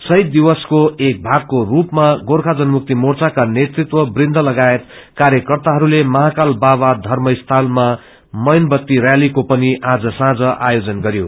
शहीद दिवस को एक भागको रूपमा गोर्खा जनमुक्ति मोर्चाका नेतृत्ववृन्द लगायत कार्यकर्ताहरूले महाकाल बाबा धर्मस्थलामा मैन क्तीरैली को पिन आज साँझ आयोजन गरयो